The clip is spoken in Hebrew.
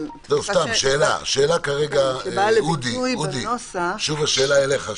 אבל התקופה שבאה לביטוי בנוסח --- שאלה אליך,